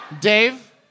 Dave